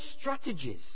strategies